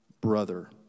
brother